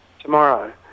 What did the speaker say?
tomorrow